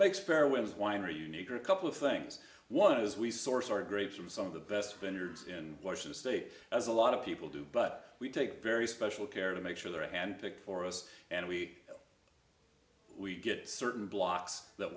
makes fairwinds winery unique are a couple of things one as we source our grapes from some of the best vendors in washington state as a lot of people do but we take very special care to make sure the right hand picked for us and we we get certain blocks that